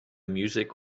music